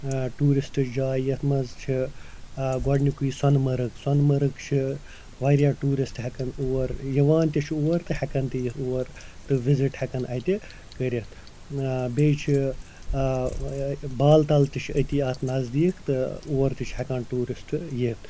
tourist جاے یَتھ منٛز چھِ آ گۄڈنیُکُے سۄنہٕ مرگ سۄنہٕ مرگ چھِ وارِیاہ ٹیٛوٗرسٹہٕ ہٮ۪کن اور یِوان تہِ چھِ اور تہٕ ہٮ۪کن تہِ یِتھ اور تہٕ وِزِٹ ہٮ۪کن اَتہِ کٔرِتھ بیٚیہِ چھِ بالہٕ تل تہِ چھِ أتی اَتھ نٔزدیٖک تہٕ اور تہِ چھِ ہٮ۪کان ٹیٛوٗرسٹہِ یِتھ